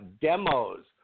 demos